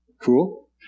Cool